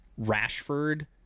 Rashford